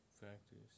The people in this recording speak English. factors